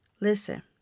Listen